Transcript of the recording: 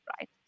right